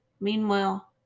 Meanwhile